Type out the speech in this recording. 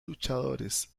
luchadores